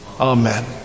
Amen